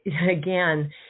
again